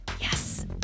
yes